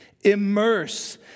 Immerse